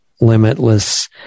limitless